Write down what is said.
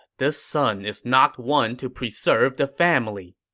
this son is not one to preserve the family.